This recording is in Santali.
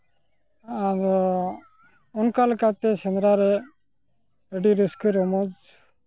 ᱟᱫᱚ ᱚᱱᱠᱟ ᱞᱮᱠᱟᱛᱮ ᱥᱮᱸᱫᱽᱨᱟ ᱨᱮ ᱟᱹᱰᱤ ᱨᱟᱹᱥᱠᱟᱹ ᱨᱚᱢᱚᱡᱽ